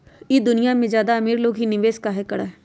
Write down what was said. ई दुनिया में ज्यादा अमीर लोग ही निवेस काहे करई?